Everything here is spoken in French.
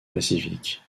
pacifique